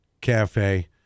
cafe